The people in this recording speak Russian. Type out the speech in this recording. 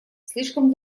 слишком